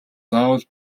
заавал